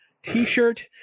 t-shirt